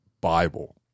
Bible